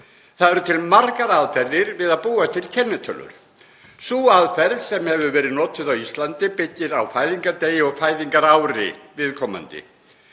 Það eru til margar aðferðir við að búa til kennitölur. Sú aðferð sem hefur verið notuð á Íslandi byggir á fæðingardegi og fæðingarári viðkomandi.